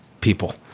people